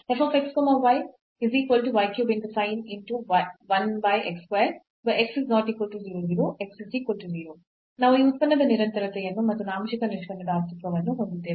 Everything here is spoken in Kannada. ನಾವು ಈ ಉತ್ಪನ್ನದ ನಿರಂತರತೆಯನ್ನು ಮತ್ತು ಆಂಶಿಕ ನಿಷ್ಪನ್ನದ ಅಸ್ತಿತ್ವವನ್ನು ಹೊಂದಿದ್ದೇವೆ